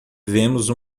vemos